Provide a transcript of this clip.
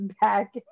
back